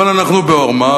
אבל אנחנו בעורמה,